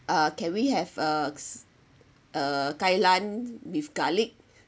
uh can we have a uh kailan with garlic